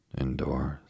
indoors